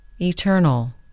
eternal